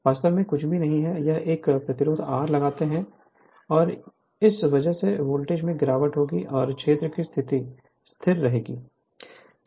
वास्तव में कुछ भी नहीं है यह एक प्रतिरोध R लगाते हैं और इस वजह से वोल्टेज में गिरावट होगी और क्षेत्र की स्थिति स्थिर रहेगी